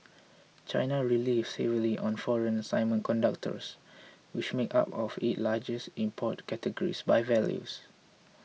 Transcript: China relives heavily on foreign semiconductors which make up one of it largest import categories by value